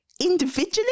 individually